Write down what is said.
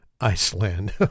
Iceland